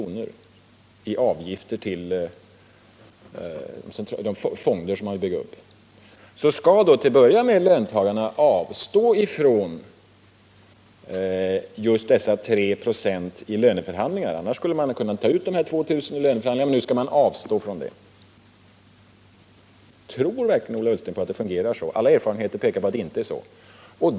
om året i avgifter till de fonder man vill bygga upp, så måste löntagarna avstå från just dessa 3 96 eller 2 000 kr. i löneförhandlingarna. Tror verkligen Ola Ullsten på att det fungerar så? Alla erfarenheter pekar på att så inte är fallet.